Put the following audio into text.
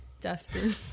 Dustin